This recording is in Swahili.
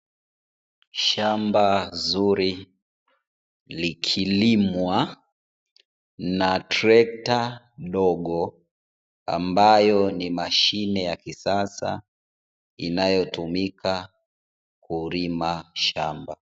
Shamba zuri likilimwa na trekta dogo, ambayo ni mashine ya kisasa inayotumika kulima shamba.